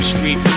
Street